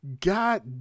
god